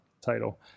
title